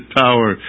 power